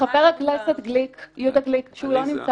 חבר הכנסת יהודה גליק שהוא לא נמצא